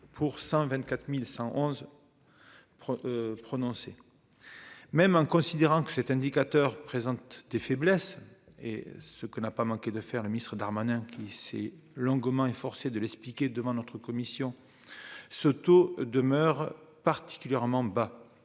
pour 124111 prononcé, même en considérant que cet indicateur présente des faiblesses et ce que n'a pas manqué de faire le ministre Darmanin qui c'est l'engouement forcé de l'expliquer devant notre commission ce taux demeure particulièrement bas